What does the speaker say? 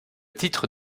titre